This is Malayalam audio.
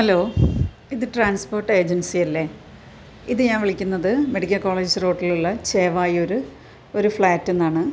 ഹലോ ഇത് ട്രാൻസ്പോർട്ട് ഏജൻസിയല്ലേ ഇത് ഞാൻ വിളിക്കുന്നന്നത് മെഡിക്കൽ കോളേജ് റോട്ടിലുള്ള ചെവായൂര് ഒരു ഫ്ലാറ്റിന്നാണ്